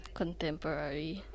contemporary